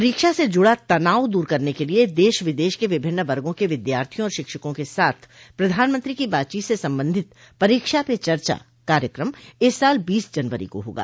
परीक्षा से जुड़ा तनाव दूर करने के लिए देश विदेश के विभिन्न वर्गों के विद्यार्थियों और शिक्षकों के साथ प्रधानमंत्री की बातचीत से संबंधित परीक्षा पे चर्चा कार्यक्रम इस साल बीस जनवरी को होगा